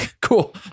cool